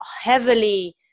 heavily